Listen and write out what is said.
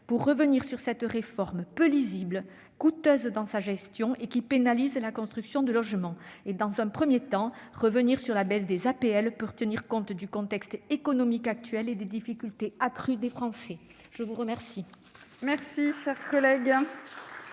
pour revenir sur cette réforme peu lisible, coûteuse dans sa gestion, et qui pénalise la construction de logements. Dans un premier temps, il importe de revenir sur la baisse des APL pour tenir compte du contexte économique actuel et des difficultés accrues des Français. La parole est à M. Philippe Dallier.